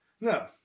No